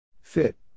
Fit